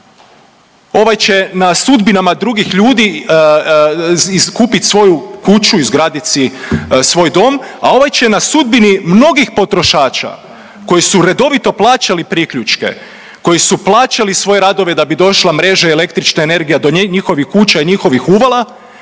Ovaj će na sudbinama drugih ljudi kupit svoju kuću, izgradit si svoj dom, a ovaj će na sudbini mnogih potrošača koji su redovito plaćali priključke, koji su plaćali svoje radove da bi došla mreža električne energije do njihovih kuća i njihovih uvala.